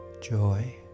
joy